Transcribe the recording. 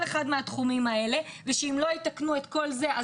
אחד מהתחומים האלה ושאם לא יתקנו את כל זה,